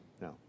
No